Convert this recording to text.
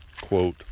quote